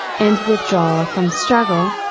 and withdrawal ah from struggle,